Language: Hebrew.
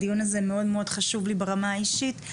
הדיון הזה מאוד מאוד חשוב לי ברמה האישית,